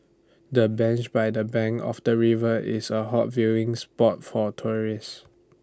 the bench by the bank of the river is A hot viewing spot for tourists